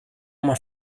uma